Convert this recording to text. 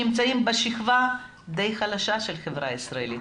שנמצאים בשכבה די חלשה של החברה הישראלית,